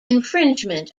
infringement